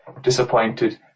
disappointed